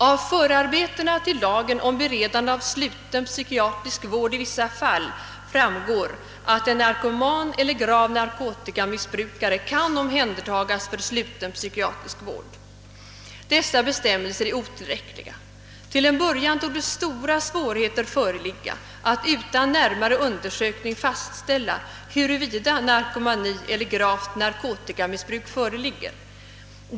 »Av förarbetena till lagen om beredande av sluten psykiatrisk vård i vissa fall framgår, att en narkoman eller grav narkotikamissbrukare kan omhändertagas för sluten psykiatrisk vård. Dessa bestämmelser är otillräckliga. Till en början torde stora svårigheter föreligga att utan närmare undersökning fastställa huruvida narkomani eller gravt nar kotikamissbruk föreligger.